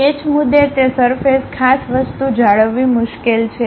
સ્ક્રેચમુદ્દે તે સરફેસ ખાસ વસ્તુ જાળવવી મુશ્કેલ છે